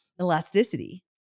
elasticity